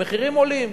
המחירים עולים.